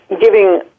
giving